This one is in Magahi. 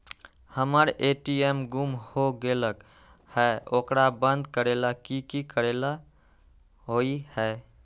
हमर ए.टी.एम गुम हो गेलक ह ओकरा बंद करेला कि कि करेला होई है?